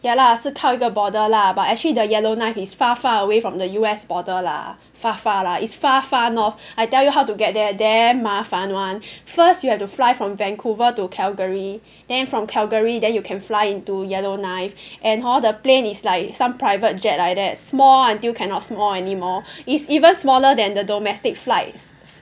ya lah 是靠一个 border lah but actually the Yellow Knife is far far away from the U_S border lah far far lah it's far far north I tell you how to get there damn 麻烦 [one] first you have to fly from Vancouver to Calgary then from Calgary then you can fly into yellow knife and hor the plane is like some private jet like that small until cannot small anymore it's even smaller than the domestic flights